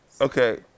Okay